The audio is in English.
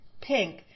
pink